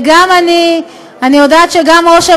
ויחד עם זה היא מקיימת שוויון לכל אזרחי